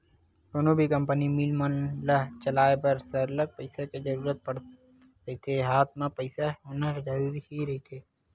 कोनो भी company, mill मन ल चलाय बर सरलग पइसा के जरुरत पड़त रहिथे हात म पइसा होना जरुरी ही रहिथे